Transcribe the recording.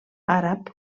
àrab